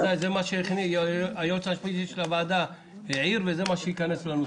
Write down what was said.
זה מה שהיועץ המשפטי לוועדה העיר וזה מה שייכנס לנוסח.